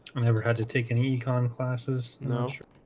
i've never had to take any econ classes know